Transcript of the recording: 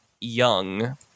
young